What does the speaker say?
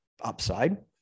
upside